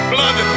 Blood